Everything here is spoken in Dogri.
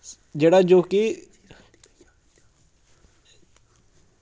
जेह्ड़ा जो कि